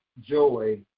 joy